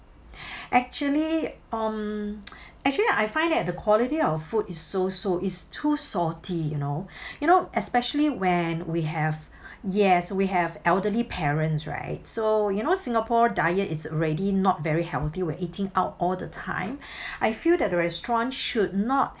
actually um actually I find that the quality of food is so so it's too salty you know you know especially when we have yes we have elderly parents right so you know singapore diet it's already not very healthy when eating out all the time I feel that the restaurant should not